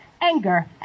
anger